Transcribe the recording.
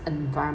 environmental